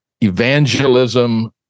evangelism